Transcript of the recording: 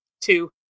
Two